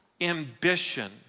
ambition